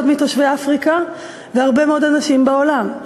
מתושבי אפריקה והרבה מאוד אנשים בעולם.